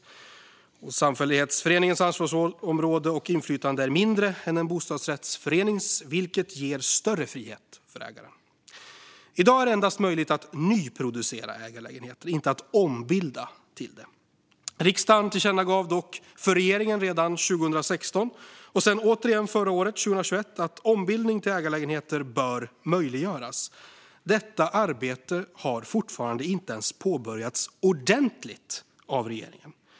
Samfällighetsföreningens ansvarsområde och inflytande är mindre än en bostadsrättsförenings, vilket ger större frihet för ägaren. I dag är det endast möjligt att nyproducera ägarlägenheter, inte att ombilda till dem. Riksdagen tillkännagav dock för regeringen redan 2016 och sedan återigen förra året, 2021, att ombildning till ägarlägenheter bör möjliggöras. Detta arbete har fortfarande inte ens påbörjats ordentligt av regeringen.